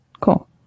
Cool